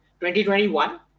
2021